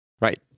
right